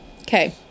Okay